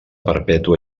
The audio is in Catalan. perpètua